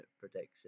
protection